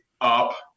up